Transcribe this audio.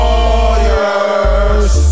Warriors